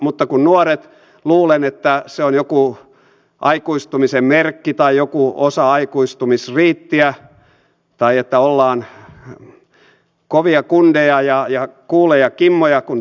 mutta nuorilla luulen se on joku aikuistumisen merkki tai joku osa aikuistumisriittiä tai että ollaan kovia kundeja ja cooleja kimmoja kun tupakoidaan